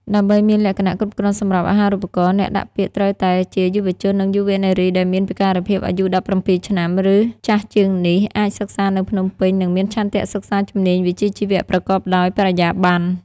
ដើម្បីមានលក្ខណៈគ្រប់គ្រាន់សម្រាប់អាហារូបករណ៍ អ្នកដាក់ពាក្យត្រូវតែជាយុវជននិងយុវនារីដែលមានពិការភាព អាយុ ១៧ ឆ្នាំឬចាស់ជាងនេះ អាចសិក្សានៅភ្នំពេញ និងមានឆន្ទៈសិក្សាជំនាញវិជ្ជាជីវៈប្រកបដោយបរិយាប័ន្ន។